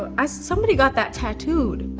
ah ah somebody got that tattooed.